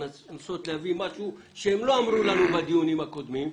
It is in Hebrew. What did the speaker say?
על מנת לנסות להבין משהו שהם לא אמרו לנו בדיונים הקודמים,